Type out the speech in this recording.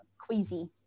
queasy